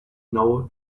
know